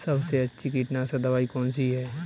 सबसे अच्छी कीटनाशक दवाई कौन सी है?